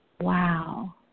Wow